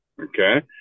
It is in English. okay